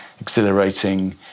exhilarating